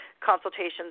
consultations